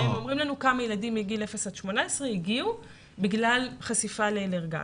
הם אומרים לנו כמה ילדים מגיל אפס עד 18 הגיעו בגלל חשיפה לאלרגן.